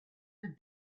that